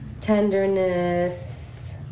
tenderness